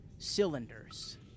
cylinders